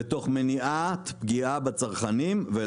ותוך מניעת פגיעה בצרכנים.